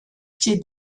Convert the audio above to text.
pied